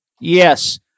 Yes